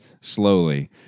slowly